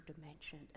dimension